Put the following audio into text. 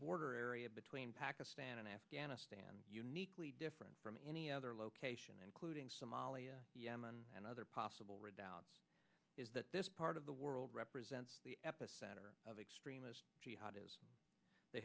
border area between pakistan and afghanistan uniquely different from any other location including somalia yemen and other possible redoubt is that this part of the world represents the epicenter of extremists jihad is the